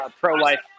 pro-life